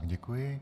Děkuji.